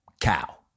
cow